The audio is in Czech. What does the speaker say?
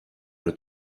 kdo